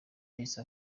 yahise